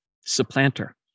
Supplanter